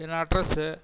என் address